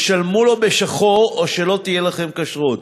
תשלמו לו בשחור או שלא תהיה לכם כשרות.